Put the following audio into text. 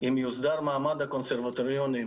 אם יוסדר מעמד הקונסרבטוריונים,